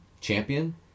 champion